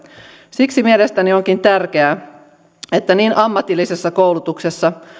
siksi mielestäni onkin tärkeää että niin ammatillisessa koulutuksessa